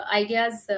ideas